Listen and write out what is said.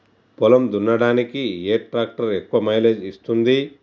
పొలం దున్నడానికి ఏ ట్రాక్టర్ ఎక్కువ మైలేజ్ ఇస్తుంది?